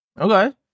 okay